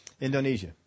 Indonesia